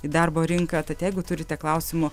į darbo rinką tad jeigu turite klausimų